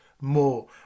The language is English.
more